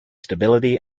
stability